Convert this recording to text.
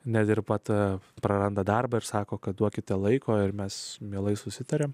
nedirba ta praranda darbą ir sako kad duokite laiko ir mes mielai susitarėme